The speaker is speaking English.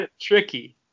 Tricky